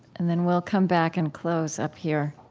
and then we'll come back and close up here.